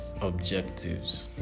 objectives